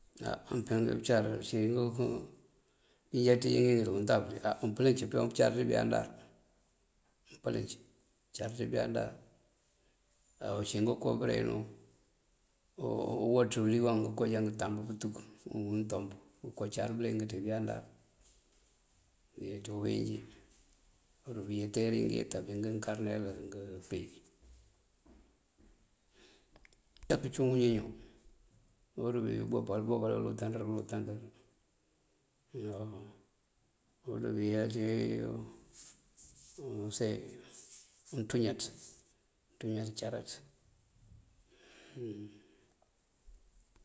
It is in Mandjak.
Áa peegun bëcar uncí ngënko ngíinjá ţinjëngik dí itamb, áa umpílinc peewun pëcar bëyandar, umpílinc acar dí bëyandar. Uncí ngënko bëreŋ unk, uwëţ, uliyoŋ ngaajo ngëntamb pëntuk; dí untoomp ngooko car bëliyëng ţí bëëyandaar ţí uuwínjí. Dí bëëteeri ngëëyët bí ngëënkarëmel, ngëëmpí. Káabí ţí uñiñu, wël dí umboopal, umboopal okoo káluuntandër këëlutandër omëëya ţí use unţúuñas. Unţúuñas cáraţ.